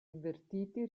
invertiti